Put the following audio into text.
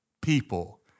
people